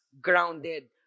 grounded